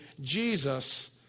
Jesus